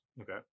Okay